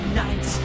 night